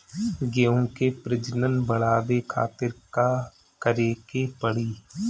गेहूं के प्रजनन बढ़ावे खातिर का करे के पड़ी?